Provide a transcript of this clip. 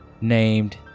named